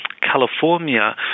California